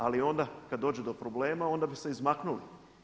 Ali onda kad dođe do problema onda bi se izmaknuli.